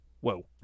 whoa